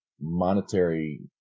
monetary